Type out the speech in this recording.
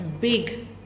big